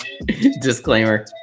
Disclaimer